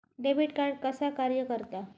Debit card कसा कार्य करता?